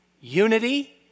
Unity